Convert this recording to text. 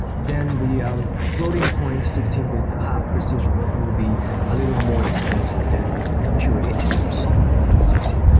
then the um floating-point sixteen bit, the half precision will be a little more expensive than pure integers in sixteen